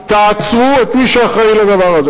של אלימות במגזר הערבי,